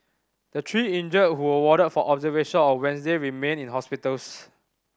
the three injured who were warded for observation on Wednesday remain in hospitals